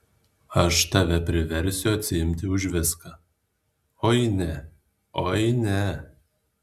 aš tave priversiu atsiimti už viską oi ne oi ne